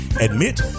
admit